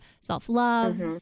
self-love